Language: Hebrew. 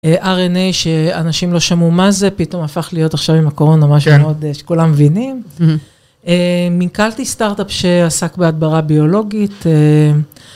RNA שאנשים לא שמעו מה זה, פתאום הפך להיות עכשיו עם הקורונה, מה שכולם מבינים. מינכלתי סטארט-אפ שעסק בהדברה ביולוגית.